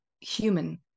human